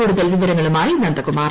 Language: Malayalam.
കൂടുതൽ വിവരങ്ങളുമായി നന്ദകുമാർ